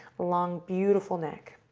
long, beautiful neck.